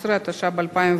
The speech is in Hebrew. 13), התשע"ב 2012,